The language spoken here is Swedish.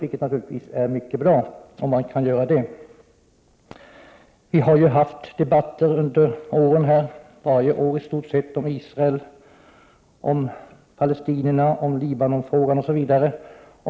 Det vore naturligtvis i och för sig mycket bra om man kunde göra det. Vi hari stort sett varje år haft debatt om Israel, palestinierna, Libanonfrågan osv.